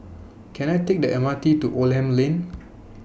Can I Take The M R T to Oldham Lane